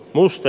musta